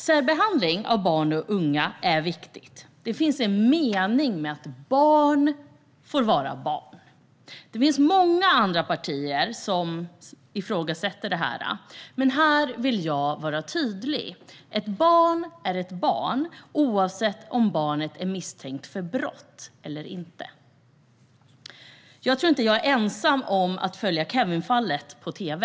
Särbehandlingen av barn och unga är viktig. Det finns en mening med att barn får vara barn. Det finns många andra partier som ifrågasätter det här, men här vill jag vara tydlig: Ett barn är ett barn, oavsett om barnet är misstänkt för brott eller inte. Jag tror inte att jag är ensam om att följa Kevinfallet på tv.